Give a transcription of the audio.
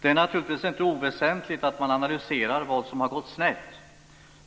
Det är naturligtvis inte oväsentligt att man analyserar vad som har gått snett.